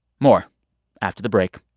more after the break